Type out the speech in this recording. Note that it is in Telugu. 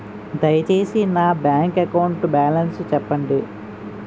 దయచేసి నా బ్యాంక్ అకౌంట్ బాలన్స్ చెప్పండి